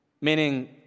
Meaning